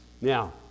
Now